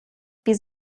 wie